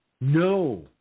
No